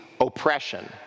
oppression